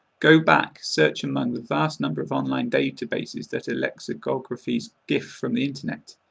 go back, search among the vast number of online databases that are lexicography's gift from the internet.